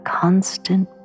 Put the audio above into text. constant